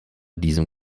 diesem